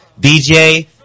BJ